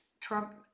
Trump